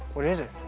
what is it?